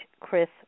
Chris